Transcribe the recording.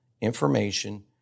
information